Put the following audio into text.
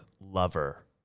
Lover